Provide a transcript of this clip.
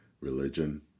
religion